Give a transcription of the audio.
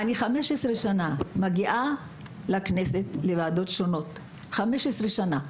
אני מגיעה לוועדות שונות בכנסת מזה 15 שנה.